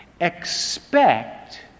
Expect